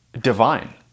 divine